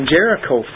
Jericho